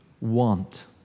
want